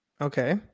Okay